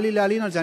מה לי להלין על זה?